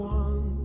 one